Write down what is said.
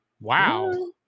Wow